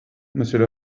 monsieur